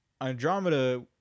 Andromeda